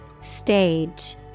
Stage